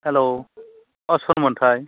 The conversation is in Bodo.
हेल्ल' औ सोरमोनथाय